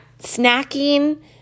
snacking